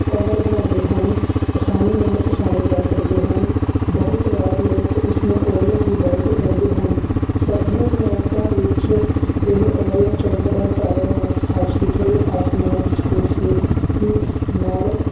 ਕਮਰ ਬਣਾਉਂਦੇ ਹਨ ਆਸਾਨੀ ਨਾਲ ਪਛਾਣੇ ਜਾ ਸਕਦੇ ਹਨ ਬਹੁਤ ਵਾਰ ਲੋਕ ਇਸ ਨੂੰ ਓਰੀਅਨ ਦੀ ਬੈਲਟ ਕਹਿੰਦੇ ਹਨ ਸਰਦੀਆਂ ਦੀਆਂ ਰਾਤਾਂ ਵਿੱਚ ਇਹ ਓਰੀਅਨ ਚਮਕਦਾਰ ਤਾਰਿਆਂ ਨਾਲ ਸਾਫ ਸੁਥਰੇ ਅਸਮਾਨ ਵਿੱਚ ਖੂਬਸੂਰਤੀ ਨਾਲ